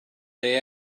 they